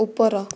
ଉପର